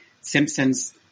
Simpsons